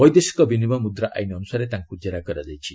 ବୈଦେଶିକ ବିନିମୟ ମ୍ରଦ୍ରା ଆଇନ୍ ଅନୁସାରେ ତାଙ୍କୁ ଜେରା କରାଯାଇଛି